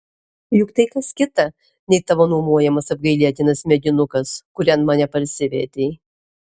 juk tai kas kita nei tavo nuomojamas apgailėtinas medinukas kurian mane parsivedei